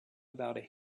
about